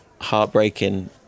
heartbreaking